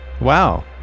Wow